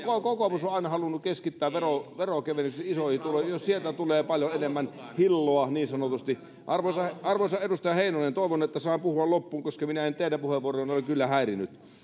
kokoomus on aina halunnut keskittää veronkevennykset isoihin tuloihin jos sieltä tulee paljon enemmän hilloa niin sanotusti arvoisa edustaja heinonen toivon että saan puhua loppuun koska minä en teidän puheenvuorojanne ole kyllä häirinnyt